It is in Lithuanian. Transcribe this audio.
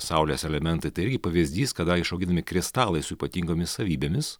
saulės elementai tai irgi pavyzdys kada išauginami kristalai su ypatingomis savybėmis